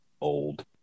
old